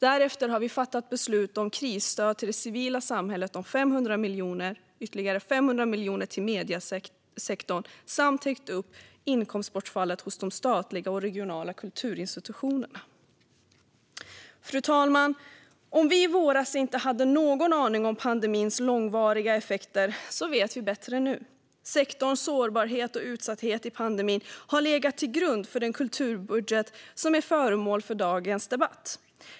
Därefter har vi fattat beslut om krisstöd till det civila samhället om 500 miljoner och ytterligare 500 miljoner till mediesektorn samt täckt upp inkomstbortfallet hos de statliga och regionala kulturinstitutionerna. Fru talman! Om vi i våras inte hade någon aning om pandemins långvariga effekter vet vi bättre nu. Sektorns sårbarhet och utsatthet i pandemin har legat till grund för den kulturbudget som är föremål för dagens debatt.